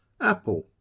Apple